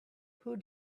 who